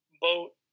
boat